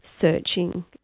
searching